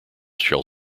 shall